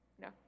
No